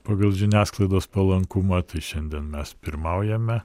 pagal žiniasklaidos palankumą tai šiandien mes pirmaujame